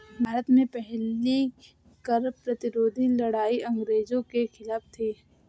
भारत में पहली कर प्रतिरोध लड़ाई अंग्रेजों के खिलाफ थी